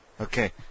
Okay